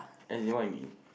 as in what you mean